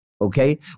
Okay